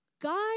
God